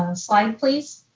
and slide please.